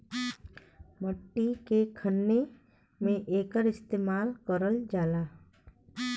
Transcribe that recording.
मट्टी के खने में एकर इस्तेमाल करल जाला